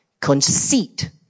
Conceit